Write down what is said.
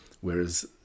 Whereas